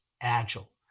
agile